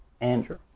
Andrew